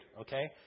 okay